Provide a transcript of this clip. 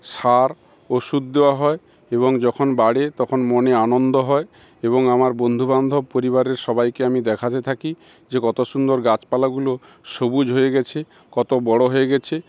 সার ওষুধ দেয়া হয় এবং যখন বাড়ে তখন মনে আনন্দ হয় এবং আমার বন্ধু বান্ধব পরিবারের সবাইকে আমি দেখাতে থাকি যে কত সুন্দর গাছপালাগুলো সবুজ হয়ে গেছে কত বড়ো হয়ে গেছে